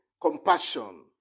compassion